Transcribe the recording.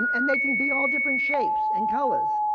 and they can be all different shapes, and colors.